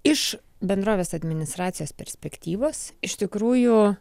iš bendrovės administracijos perspektyvos iš tikrųjų